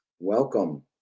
Welcome